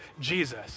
Jesus